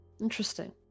interesting